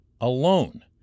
alone